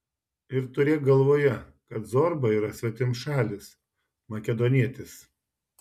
ir turėk galvoje kad zorba yra svetimšalis makedonietis